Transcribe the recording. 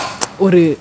ஒரு:oru